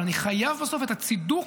אבל בסוף אני חייב את הצידוק